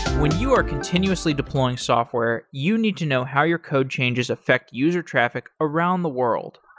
when you are continuously deploying software, you need to know how your code changes affect user traffic around the world.